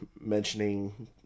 mentioning